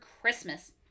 Christmas